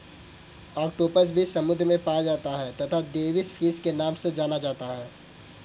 octopus भी समुद्र में पाया जाता है तथा डेविस फिश के नाम से जाना जाता है